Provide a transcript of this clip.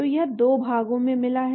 तो यह दो भागों में मिला है